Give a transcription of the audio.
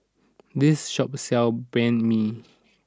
this shop sells Banh Mi